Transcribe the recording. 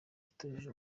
itujuje